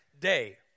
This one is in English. day